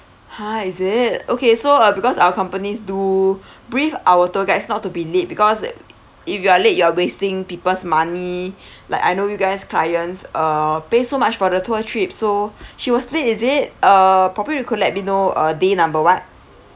ha is it okay so uh because our companies do brief our tour guide is not to be late because if you are late you are wasting people's money like I know you guys clients uh pay so much for the tour trip so she was late is it uh probably you could let me know uh day number what